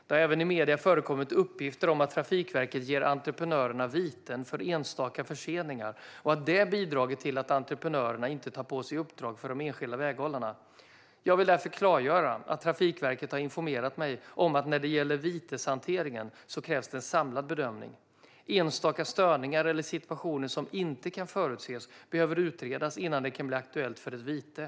Det har även i medierna förekommit uppgifter om att Trafikverket ger entreprenörerna viten för enstaka förseningar och att det har bidragit till att entreprenörerna inte tar på sig uppdrag för de enskilda väghållarna. Jag vill därför klargöra att Trafikverket har informerat mig om att när det gäller viteshantering krävs en samlad bedömning. Enstaka störningar eller situationer som inte kan förutses behöver utredas innan det kan bli aktuellt med ett vite.